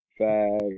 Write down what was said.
Fag